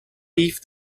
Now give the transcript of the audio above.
beef